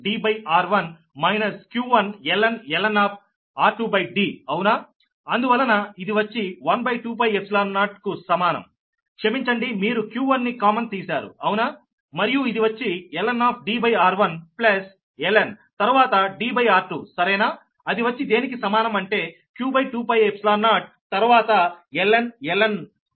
కాబట్టి V12 12π0 q1ln Dr1 q1ln అవునాఅందువలన ఇది వచ్చి 12π0కు సమానం క్షమించండి మీరు q1ని కామన్ తీశారు అవునా మరియు ఇది వచ్చి lnDr1ప్లస్ ln తర్వాత Dr2సరేనా అది వచ్చి దేనికి సమానం అంటే q2π0 తర్వాత ln D2r1 r2